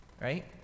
Right